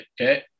Okay